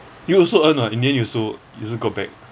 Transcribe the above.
you also earn [what] in the end you also also got back